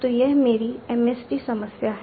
तो यह मेरी MST समस्या है